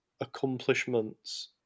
accomplishments